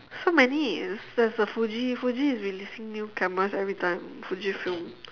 so many there's there's the Fuji Fuji is releasing new cameras every time Fuji Film